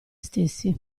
stessi